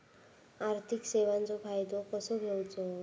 आर्थिक सेवाचो फायदो कसो घेवचो?